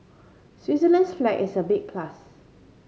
Switzerland's flag is a big plus